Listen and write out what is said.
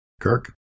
Kirk